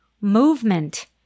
movement